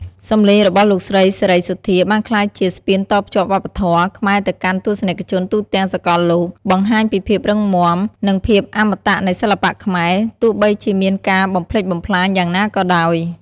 សំឡេងរបស់លោកស្រី សេរីសុទ្ធា បានក្លាយជា ស្ពានតភ្ជាប់វប្បធម៌ ខ្មែរទៅកាន់ទស្សនិកជនទូទាំងសកលលោក បង្ហាញពីភាពរឹងមាំ និងភាពអមតៈនៃសិល្បៈខ្មែរ ទោះបីជាមានការបំផ្លិចបំផ្លាញយ៉ាងណាក៏ដោយ។